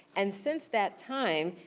and since that time,